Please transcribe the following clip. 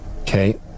okay